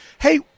Hey